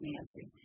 Nancy